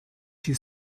she